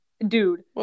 Dude